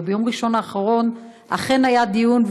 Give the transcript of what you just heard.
וביום ראשון האחרון אכן היה דיון,